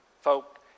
folk